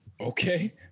okay